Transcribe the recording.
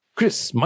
Chris